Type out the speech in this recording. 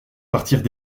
partirent